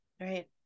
right